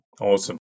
awesome